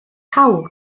hawl